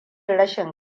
rashin